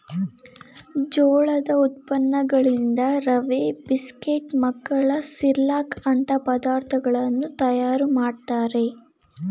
ಜೋಳದ ಉತ್ಪನ್ನಗಳಿಂದ ರವೆ, ಬಿಸ್ಕೆಟ್, ಮಕ್ಕಳ ಸಿರ್ಲಕ್ ಅಂತ ಪದಾರ್ಥಗಳನ್ನು ತಯಾರು ಮಾಡ್ತರೆ